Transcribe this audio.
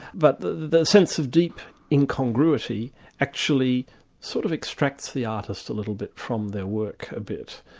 but the the sense of deep incongruity actually sort of extracts the artist a little bit from their work a bit,